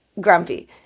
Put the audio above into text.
grumpy